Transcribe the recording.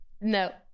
no